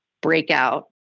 breakout